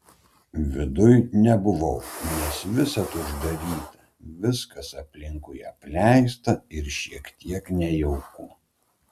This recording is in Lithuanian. viduj nebuvau nes visad uždaryta viskas aplinkui apleista ir šiek tiek nejauku